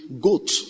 goat